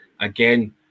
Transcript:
again